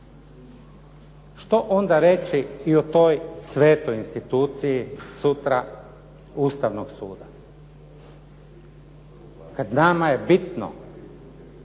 Što onda reći i o toj svetoj instituciji sutra Ustavnog suda? Kada nama je bitno